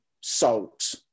salt